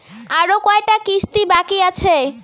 আরো কয়টা কিস্তি বাকি আছে?